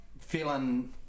feeling